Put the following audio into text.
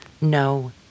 No